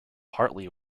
hartley